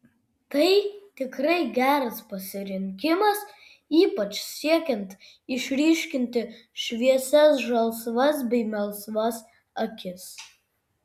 tai tikrai geras pasirinkimas ypač siekiant išryškinti šviesias žalsvas bei melsvas akis